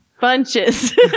Bunches